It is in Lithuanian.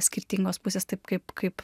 skirtingos pusės taip kaip kaip